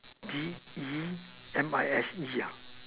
D E M I S E ah